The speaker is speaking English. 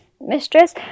mistress